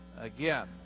Again